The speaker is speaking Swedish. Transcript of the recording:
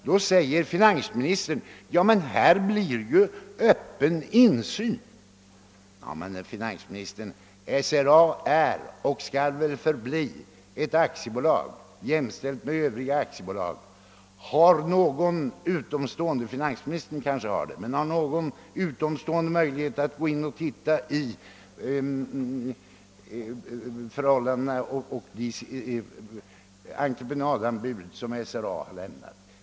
Då invänder finansministern, att det ju blir öppen insyn i företaget. Men, herr finansminister, SRA är och skall förbli ett aktiebolag, jämställt med övriga aktiebolag. Har någon utomstående — finansministern kanske har det — möjlighet att ta del av förhållandena inom bolaget och de entreprenadanbud som SRA har lämnat in?